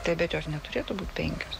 taip bet jos neturėtų būt penkios